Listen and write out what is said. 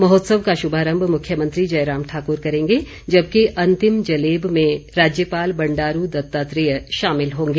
महोत्सव का शुभारम्भ मुख्यमंत्री जयराम ठाक्र करेंगे जबकि अंतिम जलेब में राज्यपाल बंडारू दत्तात्रेय शामिल होंगे